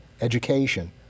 education